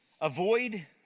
avoid